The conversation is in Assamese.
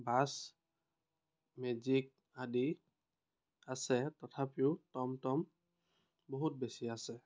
বাছ মেজিক আদি আছে তথাপিও টম টম বহুত বেছি আছে